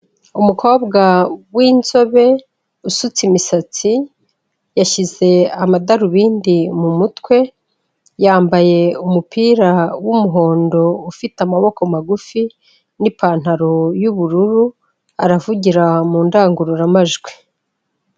Umukobwa w'inzobe usutse imisatsi yashyize amadarubindi m'umutwe yambaye umupira wumuhondo ufite amaboko magufi n'ipantaro y'ubururu, aravugira mu ndangururamajwi.